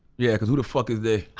yeah cause who the fuck is they?